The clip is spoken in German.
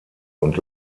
und